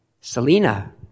Selena